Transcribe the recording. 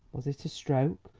was it a stroke,